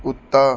ਕੁੱਤਾ